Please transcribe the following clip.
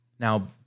Now